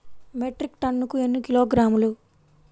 Metric టన్నుకు ఎన్ని కిలోగ్రాములు?